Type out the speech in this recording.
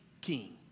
king